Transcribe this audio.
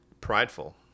Prideful